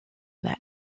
that